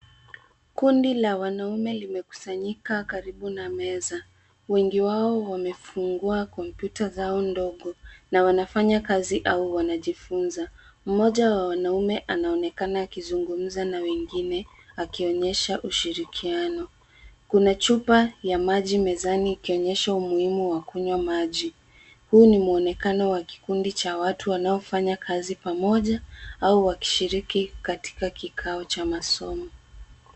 Kundi la wanaume limekusanyika karibu na meza. Wengi wao wamefungua kompyuta zao ndogo na wanafanya kazi au wanajifunza. Mmoja wa wanaume anaonekana akizungumza na wengine akionyesha ushirikiano. Kuna chupa ya maji mezani ikionyesha umuhimu wa kunywa maji. Huu ni mwonekano wa kikundi cha watu wanaofanya kazi pamoja, au wakirishiriki katika kikao cha masomo.